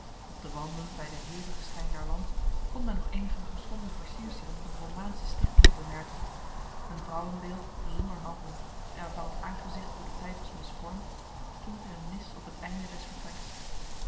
op de wanden bij de hevige schijn der lamp kon men nog enige geschonden versierselen van romaanse stichting bemerken een vrouwenbeeld zonder handen en waarvan het aangezicht door de tijd was misvormd stond in een nis op het einde des vertreks